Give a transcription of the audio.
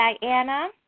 Diana